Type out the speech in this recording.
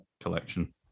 collection